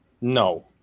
No